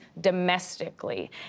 domestically